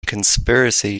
conspiracy